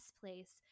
place